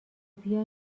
بیا